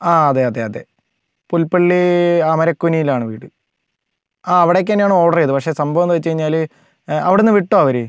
ആ അതെ അതെ അതെ പുൽപള്ളി അമരക്കുനിയിലാണ് വീട് ആ അവിടേക്ക് തന്നെയാണ് ഓർഡർ ചെയ്തത് പക്ഷെ സംഭവം എന്ന് വച്ചുകഴിഞ്ഞാല് അവിടുന്ന് വിട്ടോ അവര്